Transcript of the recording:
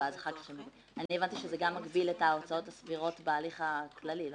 אני הבנתי שזה מגביל את ההוצאות הסבירות בהליך הכללי,